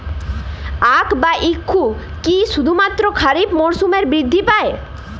আখ বা ইক্ষু কি শুধুমাত্র খারিফ মরসুমেই বৃদ্ধি পায়?